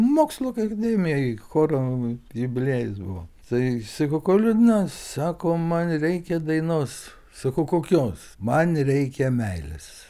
mokslo akademijoj choro jubiliejus buvo tai sakau ko liūdna sako man reikia dainos sakau kokios man reikia meilės